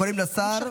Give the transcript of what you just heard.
קוראים לשר.